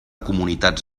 comunitats